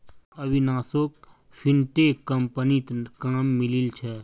अविनाशोक फिनटेक कंपनीत काम मिलील छ